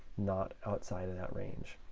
not outside of that range.